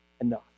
enough